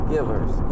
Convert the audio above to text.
Givers